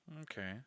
Okay